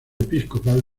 episcopal